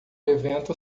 evento